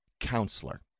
counselor